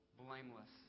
blameless